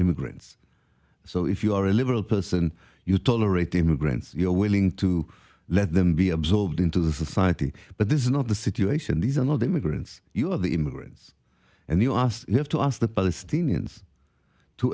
immigrants so if you are a liberal person you tolerate immigrants you're willing to let them be absorbed into the society but this is not the situation these are not immigrants you are the immigrants and the oss you have to ask the palestinians to